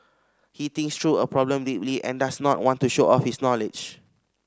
he thinks through a problem deeply and does not want to show off his knowledge